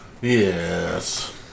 Yes